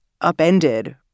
upended